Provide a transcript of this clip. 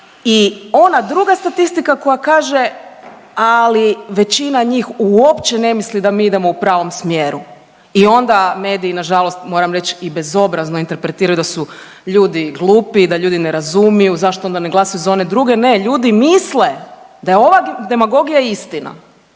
I ona druga statistika koja kaže ali većina njih uopće ne misli da mi idemo u pravom smjeru. I onda mediji nažalost moram reći i bezobrazno interpretiraju da su ljudi glupi, da ljudi ne razumiju, zašto ona ne glasaju za one druge. Ne ljudi misle da je ova demagogija istina